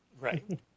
right